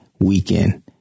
weekend